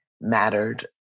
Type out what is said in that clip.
mattered